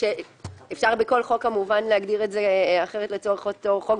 אפשר בכל חוק להגדיר את זה אחרת לצורך החוק,